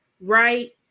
right